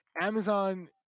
Amazon